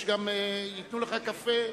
גם ייתנו לך קפה.